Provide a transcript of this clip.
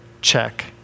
check